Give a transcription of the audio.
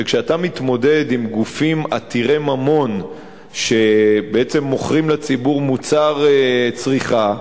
שכשאתה מתמודד עם גופים עתירי ממון שמוכרים לציבור מוצר לצריכה,